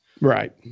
Right